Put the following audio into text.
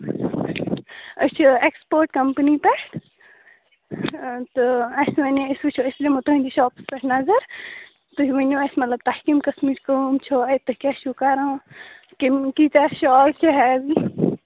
أسۍ چھِ export company پیٚٹھ تہٕ اسہ ونے أسۍ وچھو أسۍ نمو تُہٕنٛدِس شاپَس پیٚٹھ نظر تُہۍ ؤنِو اسہ مطلب تۄہہِ کمہ قسمچ کٲم چھو اتہ تُہۍ کیاہ چھِو کران کم کۭتیاہ شال چھِ ہیٚوی